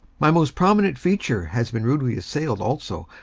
my most prominent feature has been rudely assailed, also,